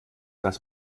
das